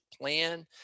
plan